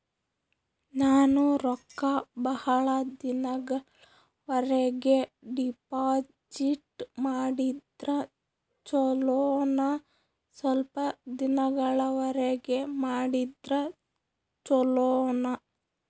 ನಾನು ರೊಕ್ಕ ಬಹಳ ದಿನಗಳವರೆಗೆ ಡಿಪಾಜಿಟ್ ಮಾಡಿದ್ರ ಚೊಲೋನ ಸ್ವಲ್ಪ ದಿನಗಳವರೆಗೆ ಮಾಡಿದ್ರಾ ಚೊಲೋನ?